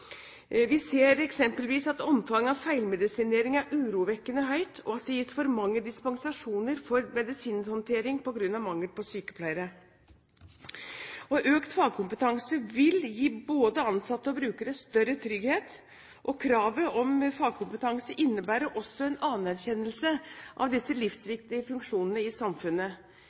Vi ser eksempelvis at omfanget av feilmedisinering er urovekkende høyt, og at det gis for mange dispensasjoner for medisinhåndtering på grunn av mangel på sykepleiere. Økt fagkompetanse vil gi både ansatte og brukere større trygghet. Kravet om fagkompetanse innebærer også en anerkjennelse av disse livsviktige funksjonene i samfunnet.